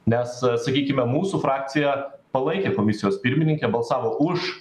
nes sakykime mūsų frakcija palaikė komisijos pirmininkę balsavo už